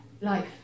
life